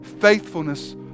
Faithfulness